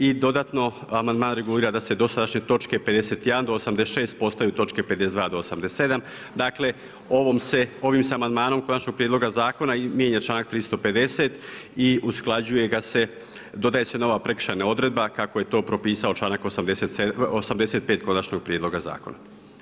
I dodatno amandman regulira da se dosadašnje točke 51. do 86. postaju točke 52. do 87., dakle ovim se amandmanom konačnog prijedloga zakona mijenja članak 350. i dodaje se nova prekršajna odredba kako je to propisao članak 85. konačnog prijedloga zakona.